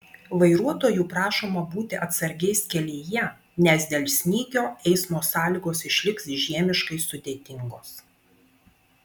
vairuotojų prašoma būti atsargiais kelyje nes dėl snygio eismo sąlygos išliks žiemiškai sudėtingos